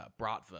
Bratva